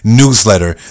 newsletter